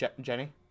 Jenny